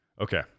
Okay